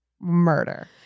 murder